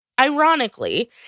Ironically